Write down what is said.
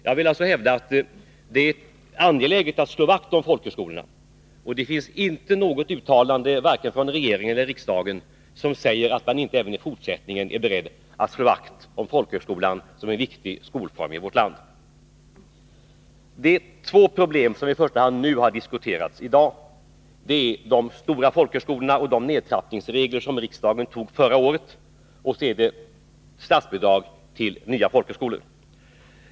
Jag vill alltså hävda att det är angeläget att slå vakt om folkhögskolan, som är en viktig skolform i vårt land. Och det finns inget uttalande från vare sig regeringen eller riksdagen som säger att man inte är beredd att göra det också i fortsättningen. Det är framför allt två problem som har diskuterats i dag. Det är dels de stora folkhögskolorna och de nedtrappningsregler som riksdagen tog upp förra året, dels statsbidrag till nya folkhögskolor.